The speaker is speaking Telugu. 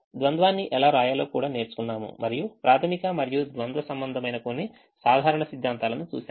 ద్వంద్వాన్ని ఎలా వ్రాయాలో కూడా నేర్చుకున్నాము మరియు ప్రాధమిక మరియు ద్వంద్వ సంబంధమైన కొన్ని సాధారణ సిద్ధాంతాలను చూశాము